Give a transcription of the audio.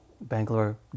Bangalore